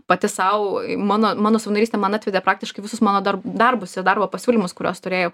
pati sau mano mano savanorystė man atvedė praktiškai visus mano dar darbus ir darbo pasiūlymus kuriuos turėjau